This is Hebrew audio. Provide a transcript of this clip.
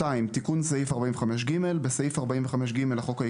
שלום ותודה